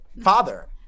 father